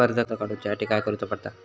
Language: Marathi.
कर्ज काडूच्या साठी काय करुचा पडता?